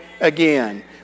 again